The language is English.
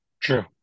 True